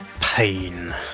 pain